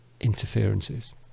interferences